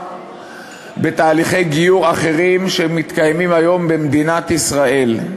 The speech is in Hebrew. בתהליכי גיור אחרים שמתקיימים היום במדינת ישראל.